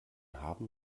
haben